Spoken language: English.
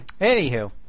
Anywho